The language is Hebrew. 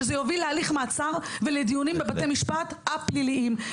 שזה יוביל להליך מעצר ולדיונים בבתי משפט א-פליליים.